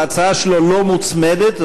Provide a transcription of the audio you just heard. ההצעה שלו לא מוצמדת,